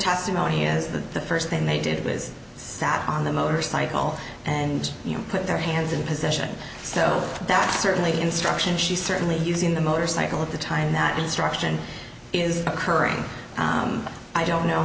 testimony is that the first thing they did was sat on the motorcycle and you put their hands in position so that certainly instruction she certainly using the motorcycle at the time that instruction is occurring i don't know